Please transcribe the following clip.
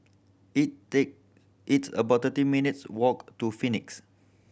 it take it's about thirty minutes walk to Phoenix